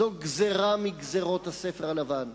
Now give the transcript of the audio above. זו גזירה מגזירות הספר הלבן.